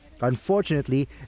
Unfortunately